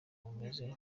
bumeze